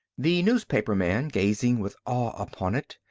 the newspaperman, gazing with awe upon it,